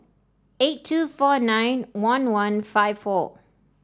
eight two four nine one one five four